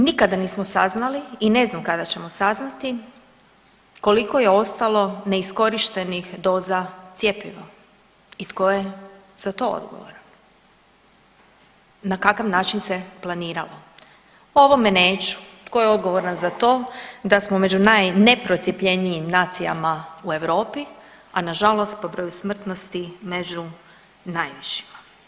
Treće, nikada nismo saznali i ne znam kada ćemo saznati koliko je ostalo neiskorištenih doza cjepiva i tko je za to odgovoran, na kakav način se planiralo, o ovome neću tko je odgovoran za to da smo među najneprocijepljenijim nacijama u Europi, a nažalost po broju smrtnosti među najvišima.